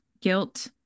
guilt